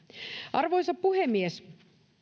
arvoisa puhemies